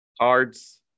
Cards